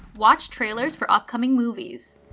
watch trailers for upcoming movies.